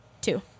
Two